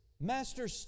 Master